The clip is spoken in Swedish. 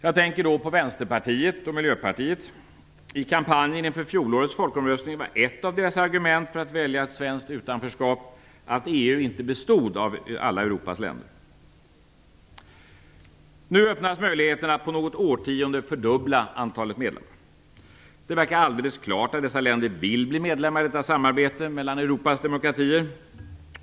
Jag tänker då på Vänsterpartiet och Miljöpartiet. I kampanjen inför fjolårets folkomröstning var ett av deras argument för att välja ett svenskt utanförskap att EU inte bestod av alla Europas länder. Nu öppnas möjligheterna att på något årtionde fördubbla antalet medlemmar. Det verkar alldeles klart att dessa länder vill bli medlemmar i detta samarbete mellan Europas demokratier.